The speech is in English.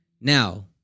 Now